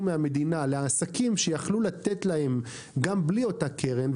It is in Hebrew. מהמדינה לעסקים שהם יכלו לתת להם גם בלי אותה קרן,